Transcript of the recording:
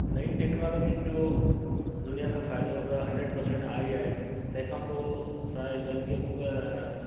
नई टेक्नोलॉजिन जो दुनियां खे फ़ाइदो त हंड्रेड पेर्सेंट आहे ई आहे तंहिंखां पोइ सहायक गूगल